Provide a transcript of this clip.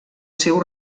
seu